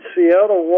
Seattle